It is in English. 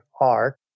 art